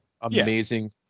amazing